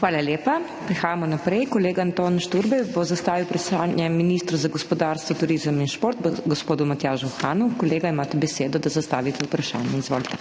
Hvala lepa. Gremo naprej. Kolega Anton Šturbej bo zastavil vprašanje ministru za gospodarstvo, turizem in šport gospodu Matjažu Hanu. Kolega, imate besedo, da zastavite vprašanje. Izvolite.